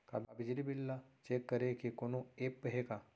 का बिजली बिल ल चेक करे के कोनो ऐप्प हे का?